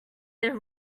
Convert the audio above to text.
their